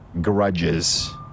grudges